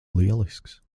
lielisks